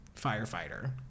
firefighter